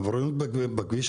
העבריינות בכביש,